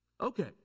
Okay